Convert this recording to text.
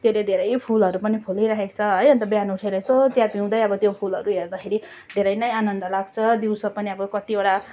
त्यसैले धेरै फुलहरू पनि फुलिरहेको छ है अन्त बिहान उठेर यसो चिया पिउँदै अब त्यो फुलहरू हेर्दाखेरि धेरै नै आनन्द लाग्छ दिउँसो पनि अब कतिवटा